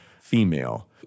female